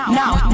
now